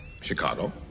Chicago